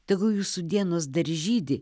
tegul jūsų dienos dar žydi